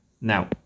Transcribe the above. Now